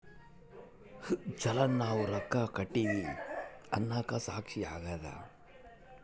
ಚಲನ್ ನಾವ್ ರೊಕ್ಕ ಕಟ್ಟಿವಿ ಅನ್ನಕ ಸಾಕ್ಷಿ ಆಗ್ಯದ